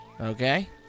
Okay